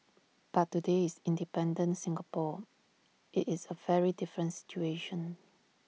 but today is in independent Singapore IT is A very different situation